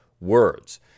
words